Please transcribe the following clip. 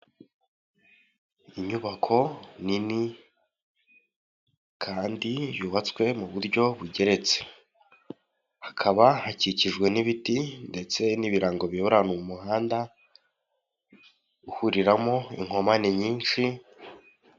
Inyubako nini kandi yubatswe mu buryo bugeretse hakaba hakikijwe n'ibiti ndetse n'ibirango biyobora mu muhanda uhuriramo inkomane nyinshi.